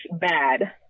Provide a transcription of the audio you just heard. bad